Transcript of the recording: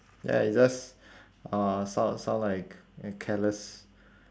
ya it's just uh sound sound like careless